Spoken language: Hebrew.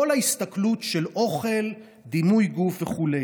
כל ההסתכלות על אוכל, דימוי גוף וכו'.